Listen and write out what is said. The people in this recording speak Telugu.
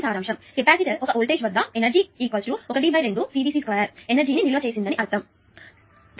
సారాంశం కెపాసిటర్ ఒక వోల్టేజ్ వద్ద ఎనర్జీ 12CVc2ఎనర్జీ ని నిల్వ చేసింది అని అర్థమయింది